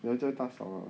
人家大嫂啦